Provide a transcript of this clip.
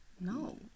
No